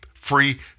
free